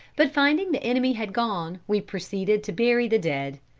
but finding the enemy had gone, we proceeded to bury the dead.